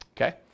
Okay